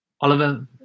oliver